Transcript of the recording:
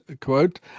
quote